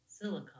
silicon